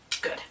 Good